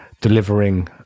delivering